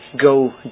go